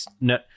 No